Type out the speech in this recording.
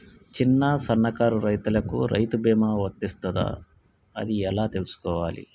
చిన్న సన్నకారు రైతులకు రైతు బీమా వర్తిస్తదా అది ఎలా తెలుసుకోవాలి?